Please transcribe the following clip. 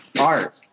Art